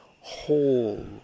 whole